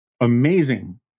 Amazing